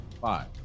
Five